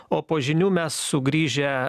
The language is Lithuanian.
o po žinių mes sugrįžę